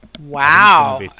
Wow